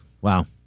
Wow